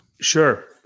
Sure